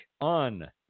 on